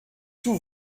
tout